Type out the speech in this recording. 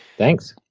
thanks.